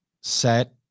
set